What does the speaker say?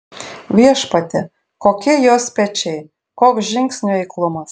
viešpatie kokie jos pečiai koks žingsnių eiklumas